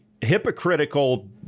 hypocritical